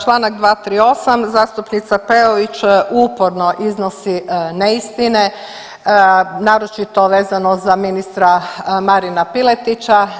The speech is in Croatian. Čl. 238., zastupnica Peović uporno iznosi neistine, naročito vezano za ministra Marina Piletića.